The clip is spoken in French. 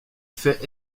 fait